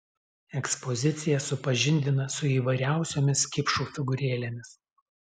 ekspozicija supažindina su įvairiausiomis kipšų figūrėlėmis